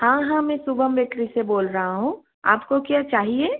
हाँ हाँ मैं शुभम बेकरी से बोल रहा हूँ आपको क्या चाहिए